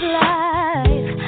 life